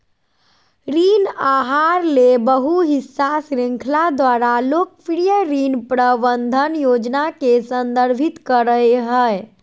ऋण आहार ले बहु हिस्सा श्रृंखला द्वारा लोकप्रिय ऋण प्रबंधन योजना के संदर्भित करय हइ